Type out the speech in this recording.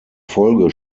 folge